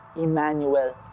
Emmanuel